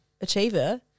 achiever